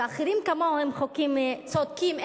ואחרים כמוהו הם חוקים צודקים,